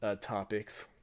topics